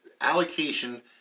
allocation